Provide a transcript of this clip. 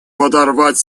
подорвать